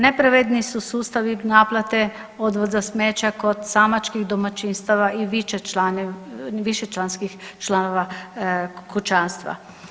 Najpravedniji su sustavi naplate odvoza smeća kod samačkih domaćinstava i više članskih članova kućanstva.